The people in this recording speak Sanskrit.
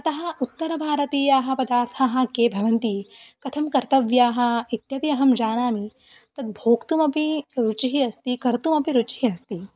अतः उत्तरभारतीयाः पदार्थाः के भवन्ति कथं कर्तव्याः इत्यपि अहं जानामि तद् भोक्तुमपि रुचिः अस्ति कर्तुमपि रुचिः अस्ति